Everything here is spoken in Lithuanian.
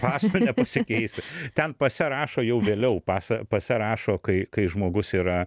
paso nepasikeis ten pase rašo jau vėliau pasą pase rašo kai kai žmogus yra